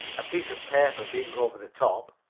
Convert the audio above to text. a piece of paper being over the top.